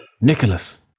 Nicholas